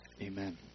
Amen